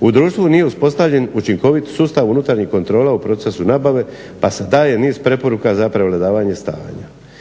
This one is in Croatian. U društvu nije uspostavljen učinkovit sustav unutarnjih kontrola u procesu nabave pa se daje niz preporuka zapravo na davanje stanja.